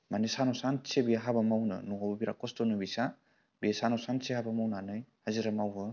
माने सानाव सानसे बियो हाबा मावोमोन न'आव बिरात कस्त'मोन बिसोरहा बे सानाव सानसे हाबा मावनानै हाजिरा मावो